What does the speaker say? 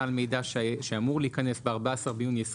סל מידע שאמור להיכנס ב-14.6.23,